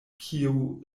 kiu